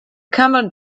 camel